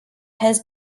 had